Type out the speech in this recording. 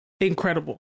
incredible